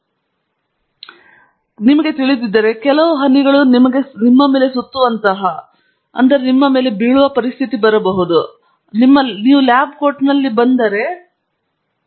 ಆದ್ದರಿಂದ ನಿಮಗೆ ತಿಳಿದಿದ್ದರೆ ಕೆಲವು ಹನಿಗಳು ನಿಮ್ಮ ಮೇಲೆ ಸುತ್ತುವಂತಹ ಅವರು ನೇರವಾಗಿ ನಿಮ್ಮ ಮೇಲೆ ಬೀಳುವುದಿಲ್ಲ ಅವರು ನಿಮ್ಮ ಲ್ಯಾಬ್ ಕೋಟ್ನಲ್ಲಿ ಬರುತ್ತಾರೆ ಎಂದು ಅನೇಕ ವಿಷಯಗಳು